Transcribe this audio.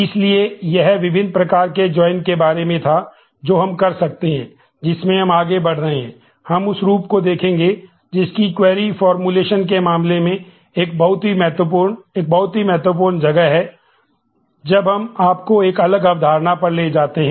इसलिए यह विभिन्न प्रकार के जॉइन के रूप में जाना जाता है